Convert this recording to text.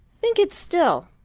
think it still!